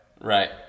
Right